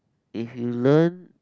if you learn